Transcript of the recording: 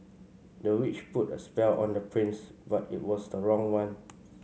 the witch put a spell on the prince but it was the wrong one